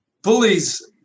Bullies